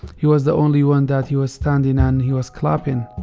he was the only one that he was standing, and he was clapping.